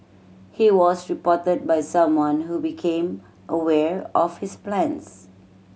he was reported by someone who became aware of his plans